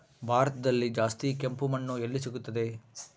ಭಾರತದಲ್ಲಿ ಜಾಸ್ತಿ ಕೆಂಪು ಮಣ್ಣು ಎಲ್ಲಿ ಸಿಗುತ್ತದೆ?